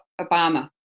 Obama